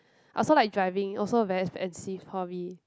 I also like driving also very expensive hobby